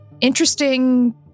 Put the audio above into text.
interesting